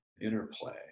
interplay